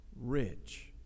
rich